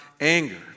anger